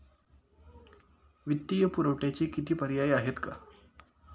वित्तीय पुरवठ्याचे किती पर्याय आहेत का?